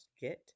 get